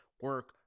Work